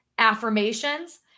affirmations